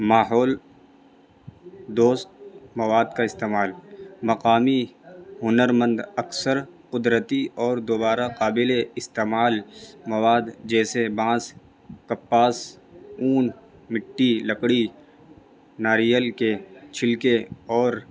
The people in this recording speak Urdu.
ماحول دوست مواد کا استعمال مقامی ہنر مند اکثر قدرتی اور دوبارہ قابل استعمال مواد جیسے بانس کپاس اون مٹی لکڑی ناریل کے چھلکے اور